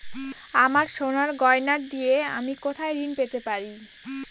আমার সোনার গয়নার দিয়ে আমি কোথায় ঋণ পেতে পারি?